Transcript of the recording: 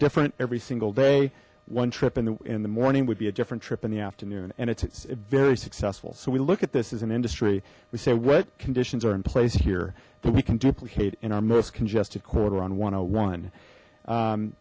different every single day one trip in the in the morning would be a different trip in the afternoon and it's very successful so we look at this as an industry we say what conditions are in place here that we can duplicate in our most congested corridor on one